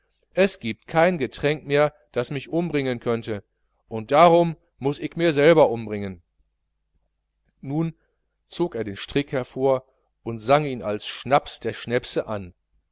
es giebt kein getränk mehr das mich umbringen könnte drum muß ick mir selber umbringen nun zog er den strick hervor und sang ihn als schnaps der schnäpse an